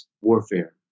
warfare